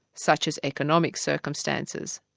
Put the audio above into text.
such as economic circumstances,